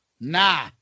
Nah